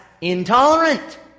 intolerant